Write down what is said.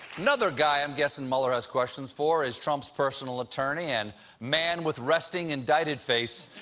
another guy i'm guessing mueller has questions for is trump's personal attorney and man with resting-indicted-face,